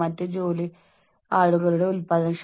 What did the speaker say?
വീണ്ടും ജോലിസ്ഥലത്തെ വളരെയധികം സമ്മർദ്ദം